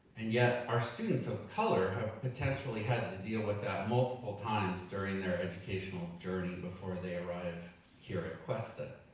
and yet, our students of color have potentially had to deal with that multiple times during their educational journey, before they arrive here at cuesta.